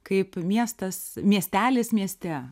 kaip miestas miestelis mieste